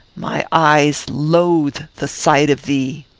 my eyes loathe the sight of thee!